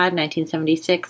1976